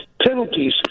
penalties